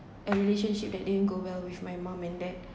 a relationship that didn't go well with my mum and dad